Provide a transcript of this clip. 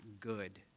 good